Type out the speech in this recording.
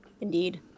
Indeed